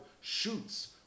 shoots